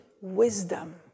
wisdom